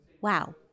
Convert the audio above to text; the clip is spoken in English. wow